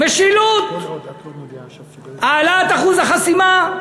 משילות, העלאת אחוז החסימה,